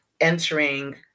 entering